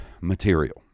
material